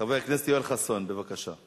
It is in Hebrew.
חבר הכנסת יואל חסון, בבקשה.